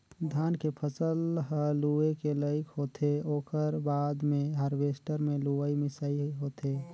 धान के फसल ह लूए के लइक होथे ओकर बाद मे हारवेस्टर मे लुवई मिंसई होथे